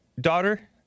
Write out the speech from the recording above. daughter